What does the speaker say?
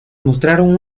mostraron